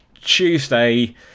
Tuesday